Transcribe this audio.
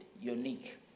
unique